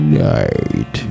night